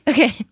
Okay